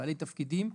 בעלי תפקידים,